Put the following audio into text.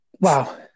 Wow